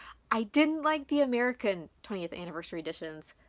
i didn't like the american twentieth anniversary editions,